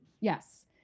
Yes